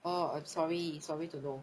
oh I'm sorry sorry to know